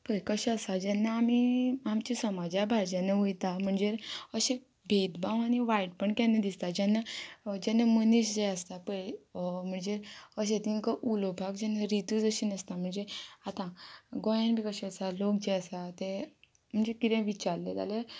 पळय कशें आसा जेन्ना आमी आमच्या समाजा भायर जेन्ना वयता म्हणजे अशे भेदभाव आनी वायट पण केन्ना दिसता जेन्ना जेन्ना मनीस जे आसता पळय म्हणजे अशे तिंका उलोवपाक जेन्ना रित जशें नासता म्हणजे आतां गोंयान बी कशें आसा लोक जे आसा ते म्हणजे कितें विचारलें जाल्यार